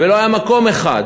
ולא היה מקום אחד